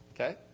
Okay